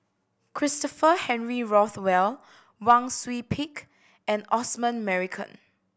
Christopher Henry Rothwell Wang Sui Pick and Osman Merican